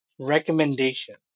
recommendations